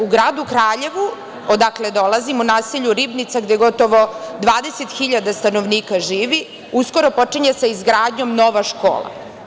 U gradu Kraljevu, odakle dolazim, naselje Ribnica gde gotovo 20 hiljada stanovnika živi, uskoro počinje sa izgradnjom nova škola.